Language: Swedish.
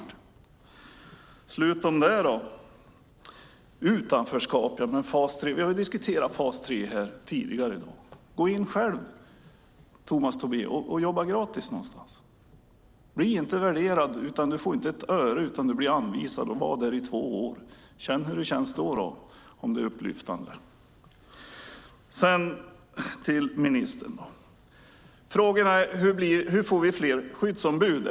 Det är bara tomma ord. Vi har diskuterat fas 3 tidigare i dag. Jobba själv gratis någonstans, Tomas Tobé, där du inte är värderad. Du får inte ett öre, utan du blir anvisad att vara där i två år. Känn hur det känns. Jag frågade hur vi får fler skyddsombud.